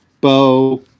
Bo